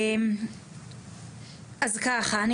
שלום.